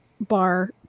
bar